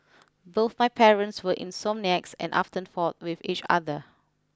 both my parents were insomniacs and often fought with each other